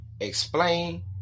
explain